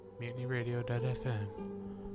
MutinyRadio.fm